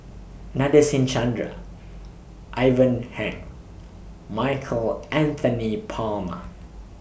Nadasen Chandra Ivan Heng Michael Anthony Palmer